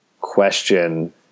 question